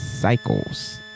Cycles